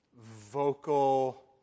vocal